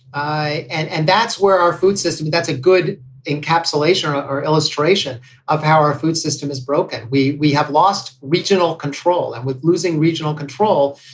and and that's where our food system. that's a good encapsulation or illustration of how our food system is broken. we we have lost regional control and with losing regional control,